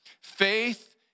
Faith